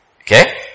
Okay